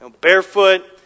Barefoot